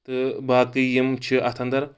تہٕ باقٕے یِم چھِ اَتھ اَندَر